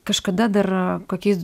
kažkada dar kokiais